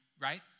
right